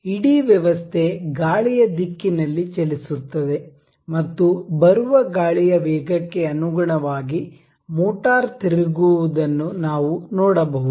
ಇಡೀ ವ್ಯವಸ್ಥೆ ಗಾಳಿಯ ದಿಕ್ಕಿನಲ್ಲಿ ಚಲಿಸುತ್ತದೆ ಮತ್ತು ಬರುವ ಗಾಳಿಯ ವೇಗಕ್ಕೆ ಅನುಗುಣವಾಗಿ ಮೋಟಾರ್ ತಿರುಗುವುದನ್ನು ನಾವು ನೋಡಬಹುದು